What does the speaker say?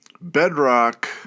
bedrock